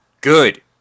Good